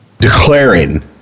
declaring